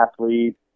athlete